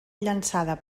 llançada